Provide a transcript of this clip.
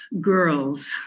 girls